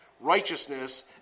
Righteousness